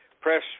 press